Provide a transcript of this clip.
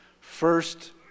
first